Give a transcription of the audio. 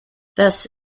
thus